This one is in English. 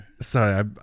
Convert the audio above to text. Sorry